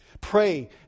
Pray